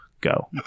go